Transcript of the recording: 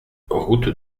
route